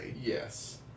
yes